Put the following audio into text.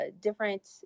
different